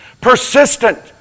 Persistent